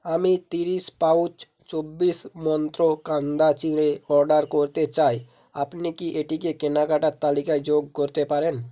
আমি তিরিশ পাউচ চব্বিশ মন্ত্র কান্দা চিঁড়ে অর্ডার করতে চাই আপনি কি এটিকে কেনাকাটার তালিকায় যোগ করতে পারেন